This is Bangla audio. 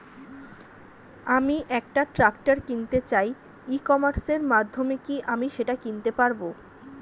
আমি একটা ট্রাক্টর কিনতে চাই ই কমার্সের মাধ্যমে কি আমি সেটা কিনতে পারব?